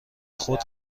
خود